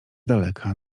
daleka